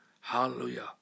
Hallelujah